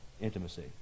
intimacy